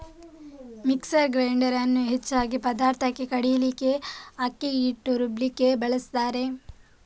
mixer grinder ಅನ್ನು ಹೆಚ್ಚಾಗಿ ಪದಾರ್ಥಕ್ಕೆ ಕಡೀಲಿಕ್ಕೆ, ಅಕ್ಕಿ ಹಿಟ್ಟು ರುಬ್ಲಿಕ್ಕೆ ಬಳಸ್ತಾರೆ